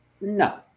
No